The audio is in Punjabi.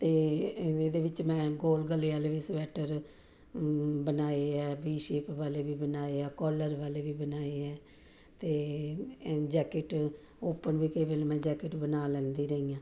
ਅਤੇ ਇਹਦੇ ਵਿੱਚ ਮੈਂ ਗੋਲ ਗਲੇ ਵਾਲੇ ਵੀ ਸਵੈਟਰ ਬਣਾਏ ਆ ਵੀ ਸ਼ੇਪ ਵਾਲੇ ਵੀ ਬਣਾਏ ਆ ਕੋਲਰ ਵਾਲੇ ਵੀ ਬਣਾਏ ਆ ਅਤੇ ਜੈਕਟ ਓਪਨ ਵੀ ਕਈ ਵੇਲੇ ਮੈਂ ਜੈਕਟ ਬਣਾ ਲੈਂਦੀ ਰਹੀ ਹਾਂ